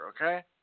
okay